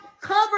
cover